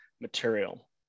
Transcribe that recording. material